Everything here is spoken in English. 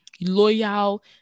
loyal